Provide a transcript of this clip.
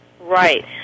Right